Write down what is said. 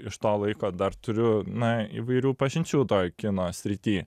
iš to laiko dar turiu na įvairių pažinčių toj kino srity